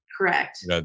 Correct